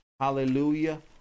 Hallelujah